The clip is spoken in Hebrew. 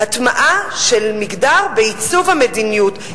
הטמעה של מגדר בעיצוב המדיניות,